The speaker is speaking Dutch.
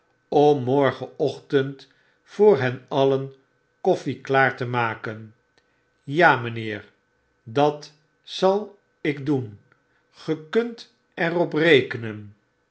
morgenochtend voor hen alien koftie klaar te maken ja mijnheer dat zal ik doen ge kunt er op rekenen